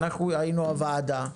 אנחנו היינו הוועדה,